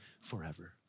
forever